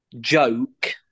joke